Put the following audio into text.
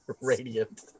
radiant